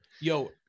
yo